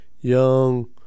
young